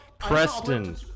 Preston